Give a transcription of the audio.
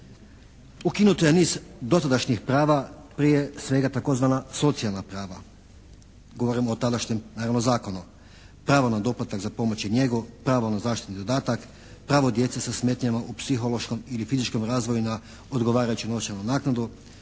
ukinuto je niz dotadašnjih prava, prije svega tzv. socijalna prava, govorim o tadašnjem naravno zakonu, pravo na doplatak za pomoć i njegu, pravo na zaštitni dodatak, pravo djece sa smetnjama u psihološkom ili fizičkom razvoju s odgovarajućom novčanom naknadu,